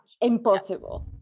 impossible